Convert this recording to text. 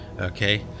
Okay